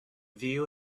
view